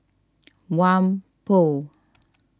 Whampoa